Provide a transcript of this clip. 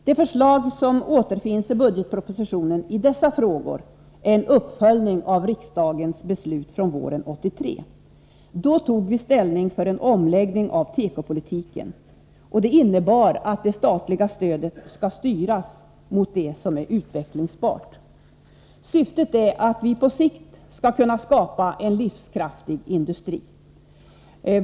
Det förslag som återfinns i budgetpropositionen i dessa frågor är en uppföljning av riksdagens beslut från våren 1983. Då tog vi ställning för en omläggning av tekopolitiken. Det innebär att det statliga stödet skall styras mot det som är utvecklingsbart. Syftet är att vi på sikt skall kunna skapa en livskraftig industri.